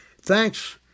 Thanks